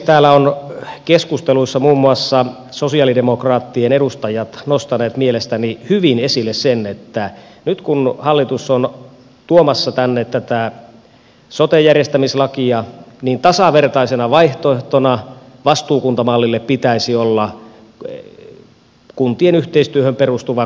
täällä ovat keskusteluissa muun muassa sosialidemokraattien edustajat nostaneet mielestäni hyvin esille sen että nyt kun hallitus on tuomassa tänne tätä sote järjestämislakia niin tasavertaisena vaihtoehtona vastuukuntamallille pitäisi olla kuntien yhteistyöhön perustuva kuntayhtymämalli